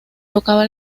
tocaba